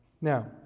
Now